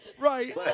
Right